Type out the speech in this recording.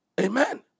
Amen